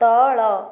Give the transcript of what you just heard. ତଳ